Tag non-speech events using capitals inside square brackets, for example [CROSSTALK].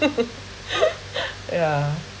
[LAUGHS] [BREATH] yeah